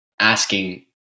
asking